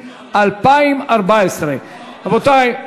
ביוני 2014. רבותי,